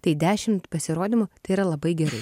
tai dešimt pasirodymų tai yra labai gerai